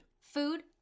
Food